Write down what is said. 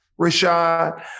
Rashad